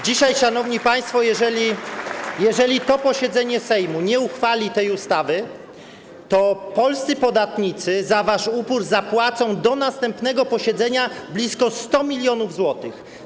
Dzisiaj, szanowni państwo, jeżeli to posiedzenie Sejmu nie uchwali tej ustawy, to polscy podatnicy za wasz upór zapłacą do następnego posiedzenia blisko 100 mln zł.